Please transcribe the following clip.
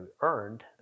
earned